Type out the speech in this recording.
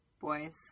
boys